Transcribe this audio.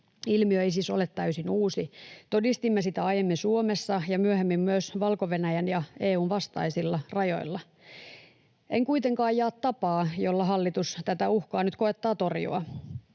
Ilmiö ei siis ole täysin uusi. Todistimme sitä aiemmin Suomessa ja myöhemmin myös Valko-Venäjän ja EU:n vastaisilla rajoilla. En kuitenkaan jaa tapaa, jolla hallitus tätä uhkaa nyt koettaa torjua.